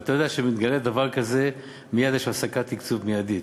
ואתה יודע שכשמתגלה דבר כזה יש הפסקת תקצוב מיידית.